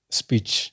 speech